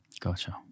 Gotcha